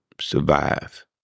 survive